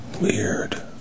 Weird